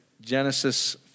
Genesis